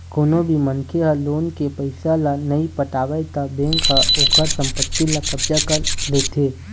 कोनो भी मनखे ह लोन के पइसा ल नइ पटावय त बेंक ह ओखर संपत्ति ल कब्जा कर लेथे